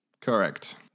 Correct